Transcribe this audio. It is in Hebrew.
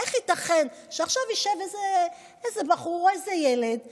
ואיך ייתכן שעכשיו ישב איזה בחור או איזה ילד ויאמר: